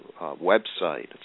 website